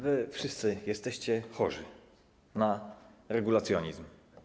Wy wszyscy jesteście chorzy na regulacjonizm.